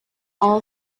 all